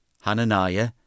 Hananiah